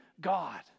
God